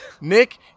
Nick